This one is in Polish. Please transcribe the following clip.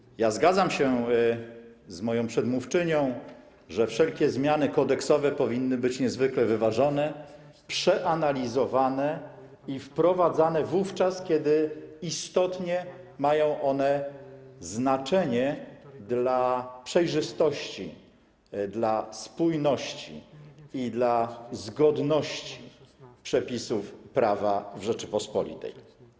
Zgadzam się z moją przedmówczynią, że wszelkie zmiany kodeksowe powinny być niezwykle wyważone, przeanalizowane i wprowadzane wówczas, kiedy istotnie mają one znaczenie dla przejrzystości, dla spójności i dla zgodności przepisów prawa w Rzeczypospolitej.